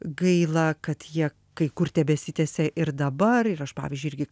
gaila kad jie kai kur tebesitęsia ir dabar ir aš pavyzdžiui irgi